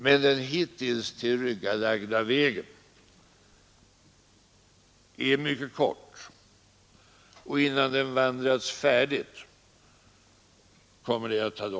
Men den hittills tillryggalagda vägen är kort, och det kommer att ta mycket lång tid innan vi vandrat färdigt på den.